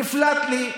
נפלט לי,